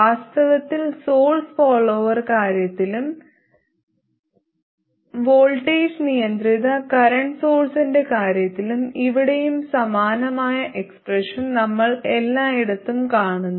വാസ്തവത്തിൽ source follower കാര്യത്തിലും voltage നിയന്ത്രിത കറന്റ് സോഴ്സിന്റെ കാര്യത്തിലും ഇവിടെയും സമാനമായ എക്സ്പ്രെഷൻ നമ്മൾ എല്ലായിടത്തും കാണുന്നു